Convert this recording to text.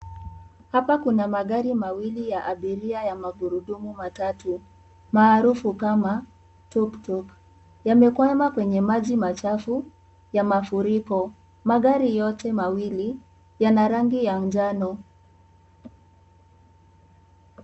Hapa kuna magari mawili ya abiria ya magurudumu matatu maarufu kama tuktuk yamekwama kwenye maji machafu ya mafuriko magari yote mawili yana rangi ya njano.